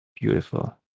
beautiful